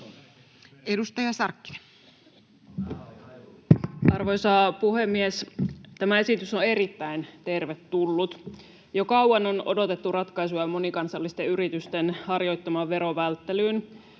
14:17 Content: Arvoisa puhemies! Tämä esitys on erittäin tervetullut. Jo kauan on odotettu ratkaisua monikansallisten yritysten harjoittamaan verovälttelyyn.